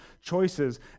choices